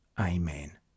Amen